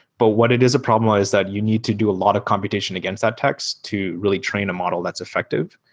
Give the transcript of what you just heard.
but what it is a problem is that you need to do a lot of competition against that text to really train a model that's effective,